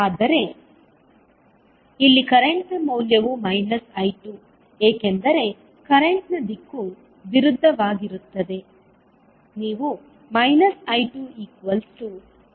ಆದರೆ ಇಲ್ಲಿ ಕರೆಂಟ್ ನ ಮೌಲ್ಯವು I2 ಏಕೆಂದರೆ ಕರೆಂಟ್ನ ದಿಕ್ಕು ವಿರುದ್ಧವಾಗಿರುತ್ತದೆ